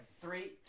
Three